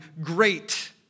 great